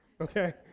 Okay